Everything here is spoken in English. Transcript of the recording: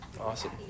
Awesome